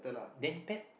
then pet